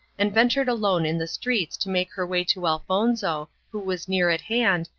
and ventured alone in the streets to make her way to elfonzo, who was near at hand,